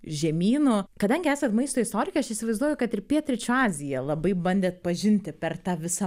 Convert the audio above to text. žemynų kadangi esat maisto istorikė aš įsivaizduoju kad ir pietryčių aziją labai bandėt pažinti per tą visą